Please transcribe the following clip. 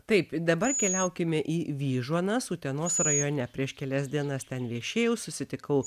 taip dabar keliaukime į vyžuonas utenos rajone prieš kelias dienas ten viešėjau susitikau